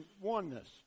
oneness